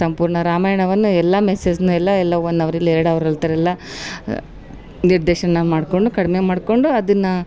ಸಂಪೂರ್ಣ ರಾಮಾಯಣವನ್ನು ಎಲ್ಲ ಮೆಸೇಜ್ನು ಎಲ್ಲ ಎಲ್ಲ ಒನ್ ಅವ್ರ್ ಇಲ್ಲ ಎರಡು ಹವ್ರಲ್ಲಿ ಹೇಳ್ತಾರಲ್ಲ ನಿರ್ದೇಶನ ಮಾಡಿಕೊಂಡು ಕಡಿಮೆ ಮಾಡಿಕೊಂಡು ಅದನ್ನು